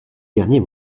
dernier